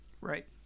Right